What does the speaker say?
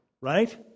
right